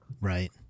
Right